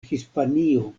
hispanio